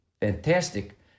fantastic